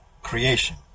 creation